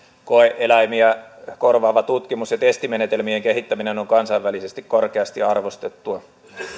koe eläimiä korvaava tutkimus ja testimenetelmien kehittäminen on kansainvälisesti korkeasti arvostettua